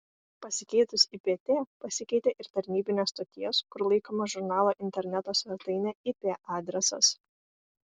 pasikeitus ipt pasikeitė ir tarnybinės stoties kur laikoma žurnalo interneto svetainė ip adresas